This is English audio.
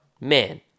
man